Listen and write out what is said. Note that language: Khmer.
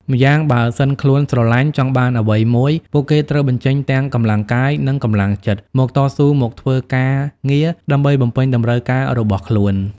ម្យ៉ាងបើសិនខ្លួនស្រឡាញ់ ចង់បានអ្វីមួយពួកគេត្រូវបញ្ជេញទាំងកម្លាំងកាយនិងកម្លាំងចិត្តមកតស៊ូមកធ្វើការងារ ដើម្បីបំពេញតម្រូវការរបស់ខ្លួន។